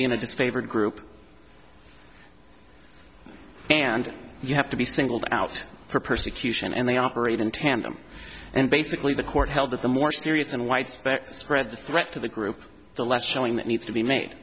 be in a disfavored group and you have to be singled out for persecution and they operate in tandem and basically the court held that the more serious than whites spread the threat to the group the less showing that needs to be made